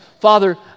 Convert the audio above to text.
Father